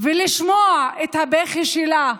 ולשמוע את הבכי שלה,